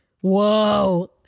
Whoa